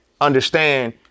understand